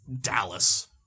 Dallas